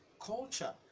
culture